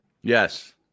Yes